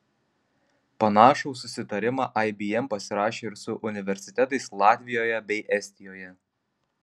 panašų susitarimą ibm pasirašė ir su universitetais latvijoje bei estijoje